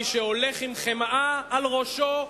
מי שהולך עם חמאה על ראשו,